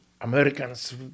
Americans